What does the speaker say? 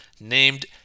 named